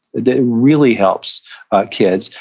that really helps kids,